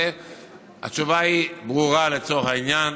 התשובה היא ברורה לצורך העניין: